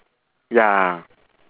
ya